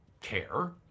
care